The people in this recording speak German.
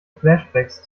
flashbacks